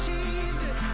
Jesus